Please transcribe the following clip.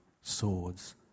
swords